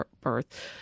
birth